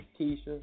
Keisha